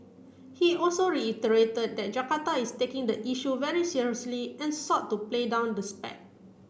he also reiterated that Jakarta is taking the issue very seriously and sought to play down the spat